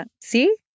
See